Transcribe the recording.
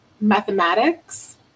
mathematics